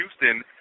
Houston